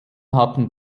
hatten